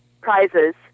prizes